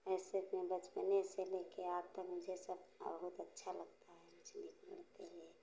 ऐसे में बचपने से लेके आज तक मुझे सब बहुत अच्छा लगता है मछली पकड़ते हुए